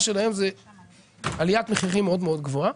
שלהן זה עליית מחירים מאוד מאוד גבוהה.